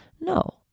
No